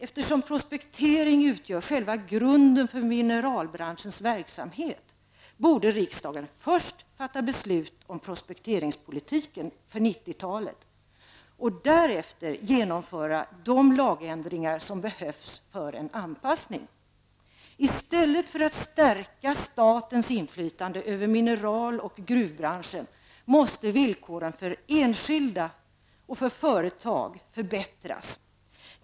Eftersom prospektering utgör själva grunden för mineralbranschens verksamhet borde riksdagen först fatta beslut om prospekteringspolitiken för 90 talet och därefter genomföra de lagändringar som behövs för en anpassning. I stället för att stärka statens inflytande över mineral och gruvbranschen måste villkoren för enskilda och företag förbättras.